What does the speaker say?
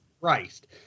Christ